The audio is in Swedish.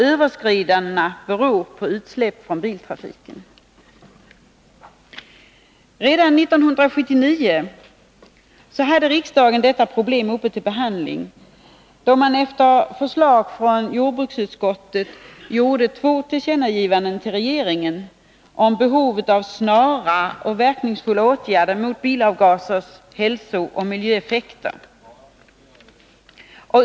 Överskridandena beror på utsläpp från biltrafiken.” Redan 1979 hade riksdagen detta uppe till behandling. Då gjorde riksdagen, efter förslag från jordbruksutskottet, två tillkännagivanden till regeringen om behovet av snara och verkningsfulla åtgärder mot bilavgasers hälsooch miljöeffekter.